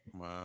Wow